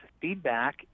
feedback